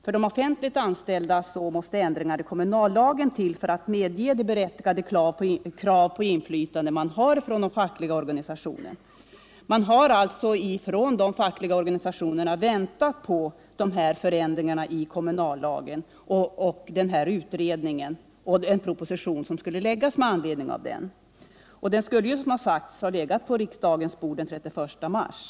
För de offentligt anställda måste ändringar i kommunallagen till för att medge de berättigade krav på inflytande som man har från de fackliga organisationerna. Man har alltså från de fackliga organisationernas sida väntat på dessa förändringar i kommunallagen, och man har väntat på utredningen och på den proposition som skulle läggas fram med anledning av utredningen. Propositionen skulle, som sägs i svaret, ha legat på riksdagens bord den 31 mars.